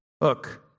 Look